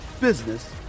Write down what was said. business